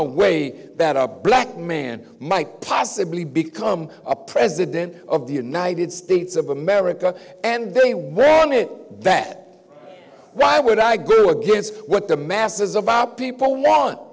away that a black man might possibly become a president of the united states of america and they were on it that why would i go against what the masses about people want